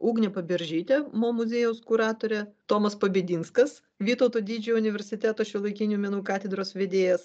ugnė paberžytė mo muziejaus kuratorė tomas pabedinskas vytauto didžiojo universiteto šiuolaikinių menų katedros vedėjas